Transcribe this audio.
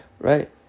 Right